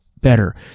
better